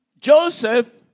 Joseph